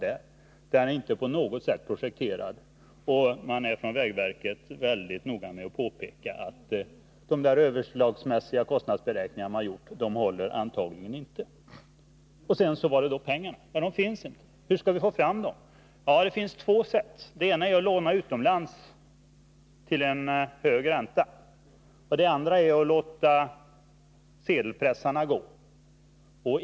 Bron är inte på något sätt projekterad, och man är på vägverket mycket noga med att påpeka att dessa överslagsmässiga kostnadsberäkningar antagligen inte håller. Sedan är det som sagt pengarna. De finns inte. Hur skall vi få fram dem? Det finns två sätt. Det ena är att låna utomlands till hög ränta. Det andra är att låta sedelpressarna gå.